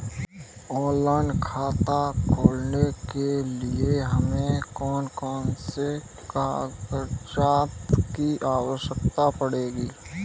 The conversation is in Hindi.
ऑनलाइन खाता खोलने के लिए हमें कौन कौन से कागजात की आवश्यकता पड़ेगी?